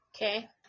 Okay